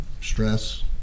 stress